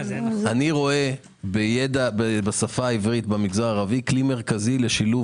אני רואה בידע בשפה העברית במגזר הערבי כלי מרכזי לשילוב